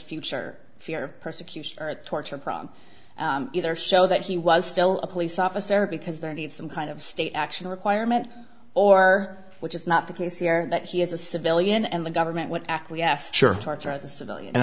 future fear persecution or torture problem either show that he was still a police officer because there needs some kind of state action requirement or which is not the case here that he is a civilian and the government would act we asked sure of torture as a civilian and